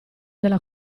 della